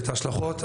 את ההשלכות.